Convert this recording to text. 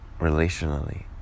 relationally